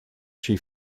she